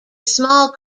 small